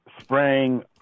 Spraying